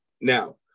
Now